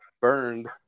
burned